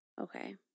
okay